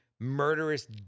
Murderous